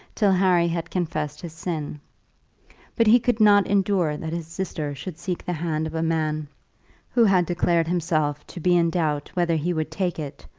till harry had confessed his sin but he could not endure that his sister should seek the hand of a man who had declared himself to be in doubt whether he would take it,